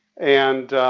and,